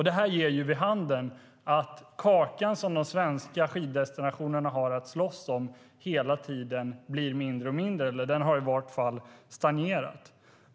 Detta ger vid handen att den kaka som de svenska skiddestinationerna har att slåss om hela tiden blir mindre och mindre, eller i varje fall har stagnerat.